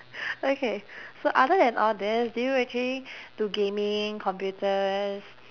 okay so other than all these do you actually do gaming computers